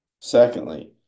Secondly